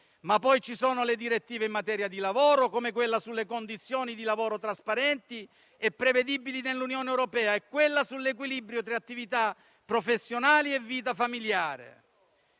Poi ci sono le direttive in materia di lavoro, come quella sulle condizioni di lavoro trasparenti e prevedibili nell'Unione europea e quella sull'equilibrio tra attività professionali e vita familiare.